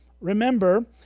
remember